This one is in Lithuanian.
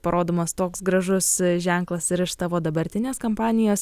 parodomas toks gražus ženklas ir iš tavo dabartinės kampanijos